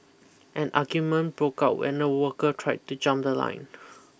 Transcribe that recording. an argument broke out when a worker tried to jump the line